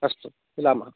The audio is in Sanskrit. अस्तु मिलामः